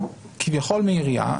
כביכול מעירייה.